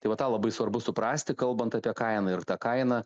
tai va tą labai svarbu suprasti kalbant apie kainą ir ta kaina